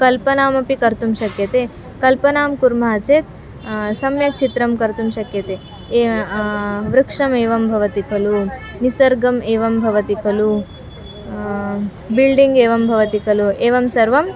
कर्तुं शक्यते कल्पनां कुर्मः चेत् सम्यक् चित्रं कर्तुं शक्यते एव वृक्षमेवं भवति खलु निसर्गम् एवं भवति खलु बिल्डिङ्ग् एवं भवति खलु एवं सर्वं